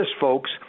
folks